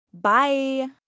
Bye